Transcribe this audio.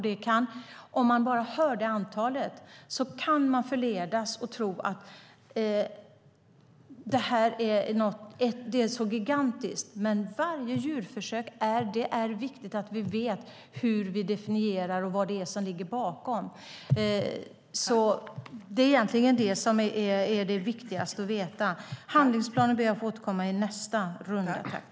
När man hör antalet kan man förledas att tro att det är fråga om något gigantiskt. Men det är viktigt att för varje djurförsök veta definitionen och vad som ligger bakom försöket. Det är viktigast att veta. Jag ber att få återkomma i frågan om handlingsplanen i nästa replik.